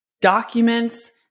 documents